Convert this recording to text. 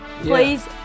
Please